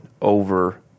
over